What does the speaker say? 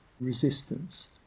resistance